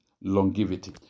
longevity